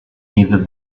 neither